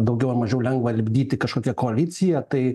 daugiau ar mažiau lengva lipdyti kažkokią koaliciją tai